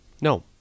No